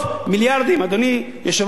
אדוני יושב-ראש ועדת הכספים,